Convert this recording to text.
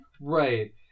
Right